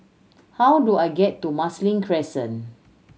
how do I get to Marsiling Crescent